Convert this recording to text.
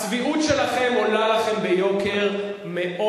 הצביעות שלכם עולה לכם ביוקר מאוד,